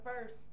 first